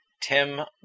Tim